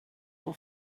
will